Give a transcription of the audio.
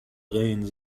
reins